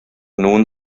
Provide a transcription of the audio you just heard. nun